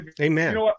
Amen